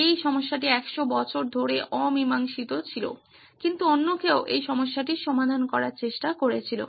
এই সমস্যাটি 100 বছর ধরে অমীমাংসিত ছিল কিন্তু অন্য কেউ এই সমস্যাটির সমাধান করার চেষ্টা করেছিল